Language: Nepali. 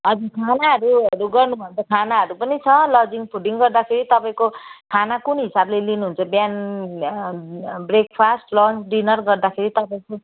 हजुर खानाहरू हरू गर्नुभयो भने खानाहरू पनि छ लजिङ फुडिङ गर्दाखेरि तपाईँको खाना कुन हिसाबले लिनुहुन्छ बिहान ब्रेकफास्ट लन्च डिनर गर्दाखेरि तपाईँको